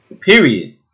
Period